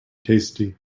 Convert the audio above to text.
tasty